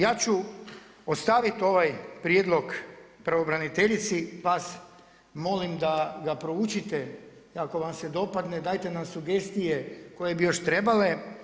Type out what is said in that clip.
Dakle ja ću ostaviti ovaj prijedlog pravobraniteljici, vas molim da ga proučite i ako vam se dopadne dajte nam sugestije koje bi još trebale.